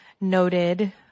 noted